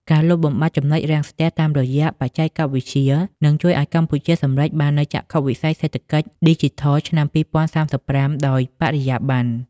ការលុបបំបាត់ ចំណុចរាំងស្ទះ តាមរយៈបច្ចេកវិទ្យា នឹងជួយឱ្យកម្ពុជាសម្រេចបាននូវចក្ខុវិស័យសេដ្ឋកិច្ចឌីជីថលឆ្នាំ ២០៣៥ ដោយបរិយាបន្ន។